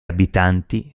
abitanti